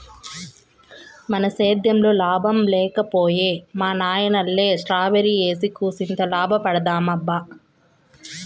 మన సేద్దెంలో లాభం లేక పోయే మా నాయనల్లె స్ట్రాబెర్రీ ఏసి కూసింత లాభపడదామబ్బా